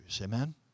Amen